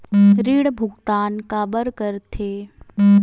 ऋण भुक्तान काबर कर थे?